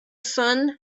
sun